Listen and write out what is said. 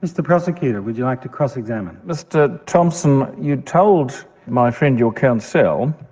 mr prosecutor, would you like to cross-examine? mr thompson, you told my friend, your counsel,